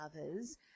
others